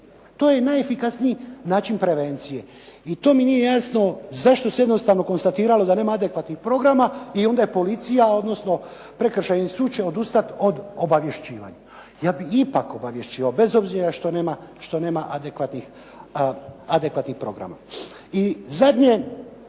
To je najefikasniji način prevencije. I to mi nije jasno zašto se jednostavno konstatiralo da nema adekvatnih programa i onda je policija, odnosno Prekršajni sud će odustati od obavješćivanja. Ja bih ipak obavješćivao bez obzira što nema adekvatnih programa.